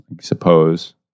suppose